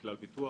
בכלל ביטוח